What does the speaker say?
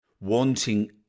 wanting